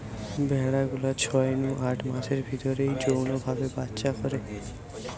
ভেড়া গুলা ছয় নু আট মাসের ভিতরেই যৌন ভাবে বাচ্চা করে